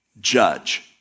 judge